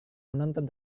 menonton